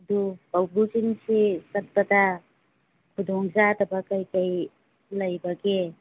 ꯑꯗꯨ ꯀꯧꯕ꯭ꯔꯨ ꯆꯤꯡꯁꯦ ꯆꯠꯄꯗ ꯈꯨꯗꯣꯡ ꯆꯥꯗꯕ ꯀꯩ ꯀꯩ ꯂꯩꯕꯒꯦ